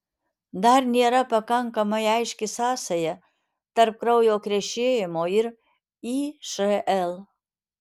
dar nėra pakankamai aiški sąsaja tarp kraujo krešėjimo ir išl